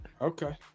Okay